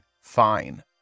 fine